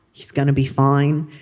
he's gonna be fine.